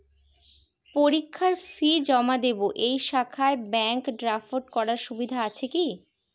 পরীক্ষার ফি জমা দিব এই শাখায় ব্যাংক ড্রাফট করার সুবিধা আছে কি?